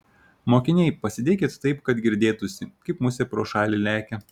mokiniai pasėdėkit taip kad girdėtųsi kaip musė pro šalį lekia